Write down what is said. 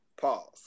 Pause